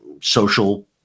social